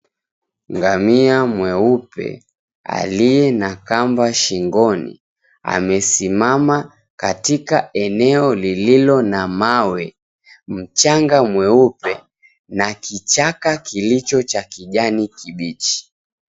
Ngamia mweupe aliye na kamba shingoni, amesimama katika eneo lililo na mawe, mchanga mweupe na kichaka kilicho cha kijani kibichi.